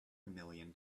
million